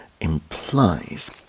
implies